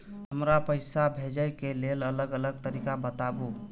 हमरा पैसा भेजै के लेल अलग अलग तरीका बताबु?